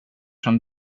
som